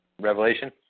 Revelation